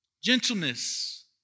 Gentleness